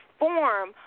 form